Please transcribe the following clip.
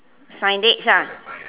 signage ah